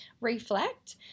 reflect